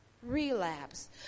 relapse